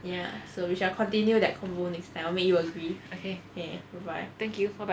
ya so we shall continue that convo next time I'll make you agree okay bye bye